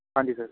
ਹਾਂਜੀ ਸਰ